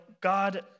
God